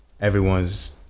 everyone's